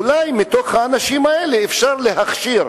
אולי מתוך האנשים האלה אפשר להכשיר.